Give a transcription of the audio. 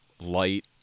light